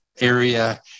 area